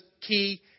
key